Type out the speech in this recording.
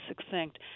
succinct